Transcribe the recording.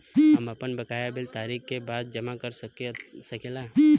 हम आपन बकाया बिल तारीख क बाद जमा कर सकेला?